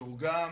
תורגם.